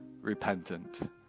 repentant